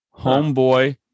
Homeboy